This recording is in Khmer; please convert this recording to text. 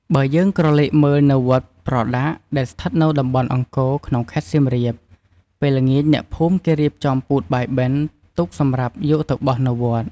បើយើងក្រឡេកមើលនៅវត្តប្រដាកដែលស្ថិតនៅតំបន់អង្គរ ក្នុងខេត្តសៀមរាប ពេលល្ងាចអ្នកភូមិគេរៀបចំពូតបាយបិណ្ឌទុក សម្រាប់យកទៅបោះនៅវត្ត។